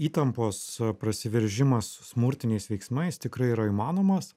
įtampos prasiveržimas smurtiniais veiksmais tikrai yra įmanomas